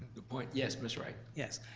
good point. yes, ms. wright? yes.